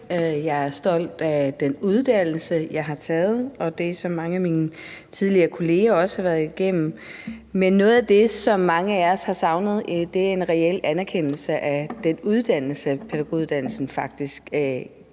Jeg er stolt af den uddannelse, jeg har taget, og det, som mange af mine tidligere kollegaer også har været igennem. Men noget af det, som mange af os har savnet, er en reel anerkendelse af den uddannelse, pædagoguddannelsen faktisk